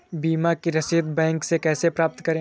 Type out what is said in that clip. बीमा की रसीद बैंक से कैसे प्राप्त करें?